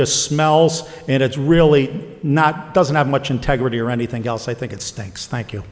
just smells and it's really not doesn't have much integrity or anything else i think it stinks thank you